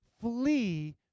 flee